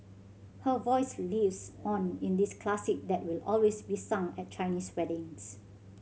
her voice lives on in this classic that will always be sung at Chinese weddings